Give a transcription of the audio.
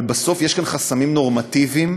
אבל בסוף יש כאן חסמים נורמטיביים,